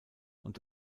und